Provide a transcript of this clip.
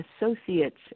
associates